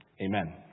Amen